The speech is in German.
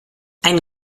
ein